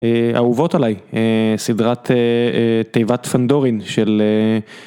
אהובות עליי, סדרת תיבת פנדורין של...